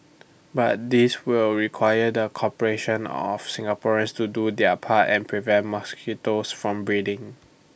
but this will require the cooperation of Singaporeans to do their part and prevent mosquitoes from breeding